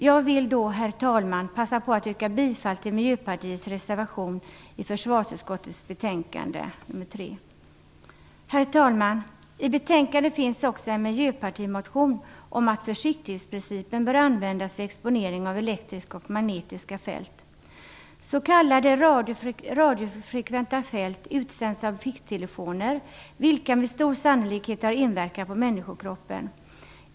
Jag vill därför, herr talman, passa på att yrka bifall till Miljöpartiets reservation i försvarsutskottets betänkande nr 3. Herr talman! I betänkandet behandlas också en miljöpartimotion om att försiktighetsprincipen bör användas vid exponering av elektriska och magnetiska fält. S.k. radiofrekventa fält utsänds av ficktelefoner, vilka med stor sannolikhet har inverkan på människokroppen.